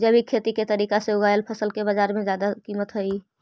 जैविक खेती के तरीका से उगाएल फसल के बाजार में जादा कीमत हई